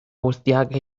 guztiak